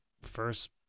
first